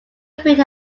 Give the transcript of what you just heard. appeared